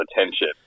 attention